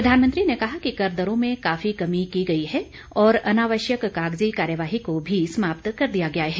प्रधानमंत्री ने कहा कि कर दरों में काफी कमी की गई है और अनावश्यक कागजी कार्यवाही को भी समाप्त कर दिया गया है